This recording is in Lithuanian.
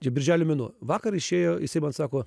čia birželio mėnuo vakar išėjo jisai mano sako